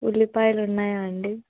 ఉల్లిపాయలు ఉన్నాయా అండి